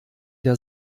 der